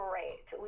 Great